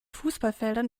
fußballfeldern